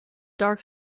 dark